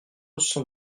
cent